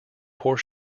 horse